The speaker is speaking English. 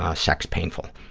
ah sex painful.